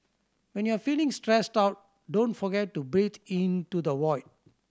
when you are feeling stressed out don't forget to breathe into the void